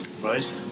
Right